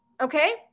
Okay